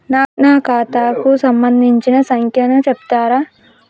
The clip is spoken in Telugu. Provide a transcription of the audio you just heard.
నా ఖాతా కు సంబంధించిన సంఖ్య ను చెప్తరా?